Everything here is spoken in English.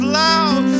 loud